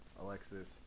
Alexis